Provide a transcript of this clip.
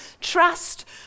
trust